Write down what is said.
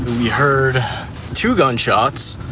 we heard two gunshots.